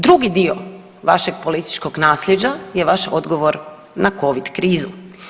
Drugi dio vašeg političkog naslijeđa je vaš odgovor na covid krizu.